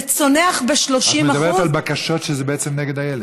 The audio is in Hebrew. זה צונח ב-30% את מדברת על בקשות שהן בעצם נגד הילד.